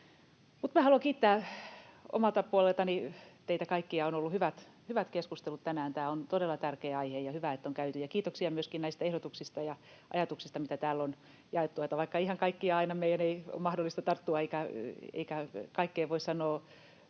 Haluan kiittää omalta puoleltani teitä kaikkia. On ollut hyvät keskustelut tänään. Tämä on todella tärkeä aihe, ja on hyvä, että on käyty. Kiitoksia myöskin näistä ehdotuksista ja ajatuksista, mitä täällä on jaettu. Vaikka ihan kaikkiin meidän ei aina ole mahdollista tarttua eikä kaikkeen voi sanoa